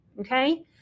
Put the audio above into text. okay